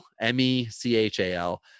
M-E-C-H-A-L